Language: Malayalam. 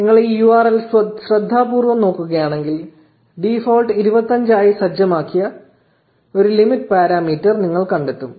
നിങ്ങൾ ഈ URL ശ്രദ്ധാപൂർവ്വം നോക്കുകയാണെങ്കിൽ ഡീഫോൾട് 25 ആയി സജ്ജമാക്കിയ ഒരു ലിമിറ്റ് പാരാമീറ്റർ നിങ്ങൾ കണ്ടെത്തും